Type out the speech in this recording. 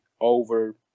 over